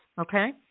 okay